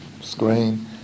screen